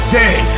day